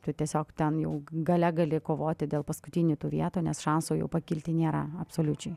tu tiesiog ten jau gale gali kovoti dėl paskutinių tų vietų nes šansų jau pakilti nėra absoliučiai